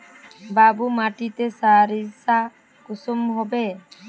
बालू माटित सारीसा कुंसम होबे?